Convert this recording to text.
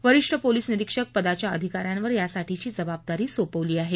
वरिष्ठ पोलिस निरीक्षक पदाच्या अधिकाऱ्यांवर यासाठीची जबाबदारी सोपवली आहे